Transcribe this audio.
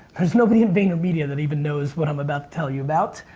there's nobody in vaynermedia that even knows what i'm about to tell you about,